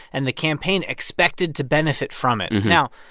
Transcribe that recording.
and the campaign expected to benefit from it. now,